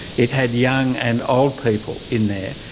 it had young and old people in there.